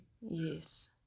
Yes